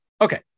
okay